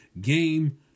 Game